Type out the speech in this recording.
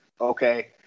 Okay